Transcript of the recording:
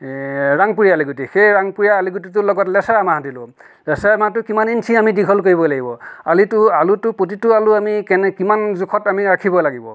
ৰাংপুৰীয়া আলুগুটি সেই ৰাংপুৰীয়া আলুগুটিটোৰ লগত লেচেৰা মাহ দিলোঁ লেচেৰা মাহটো কিমান ইন্সি আমি দীঘল কৰিব লাগিব আলুটো আলুটো প্ৰতিটো আলু আমি কেনে কিমান জোখত আমি ৰাখিব লাগিব